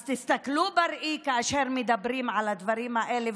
אז תסתכלו בראי כאשר מדברים על הדברים האלה,